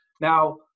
Now